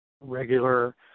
regular